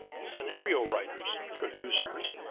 scenario writers, producers,